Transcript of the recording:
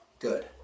Good